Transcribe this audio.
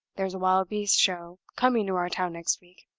there's a wild-beast show coming to our town next week.